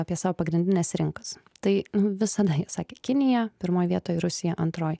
apie savo pagrindines rinkas tai nu visada jie sakė kinija pirmoj vietoj rusija antroj